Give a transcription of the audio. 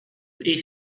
ich